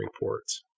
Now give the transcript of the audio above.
reports